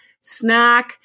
snack